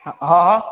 हँ